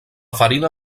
farina